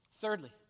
Thirdly